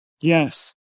Yes